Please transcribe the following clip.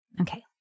Okay